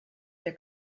der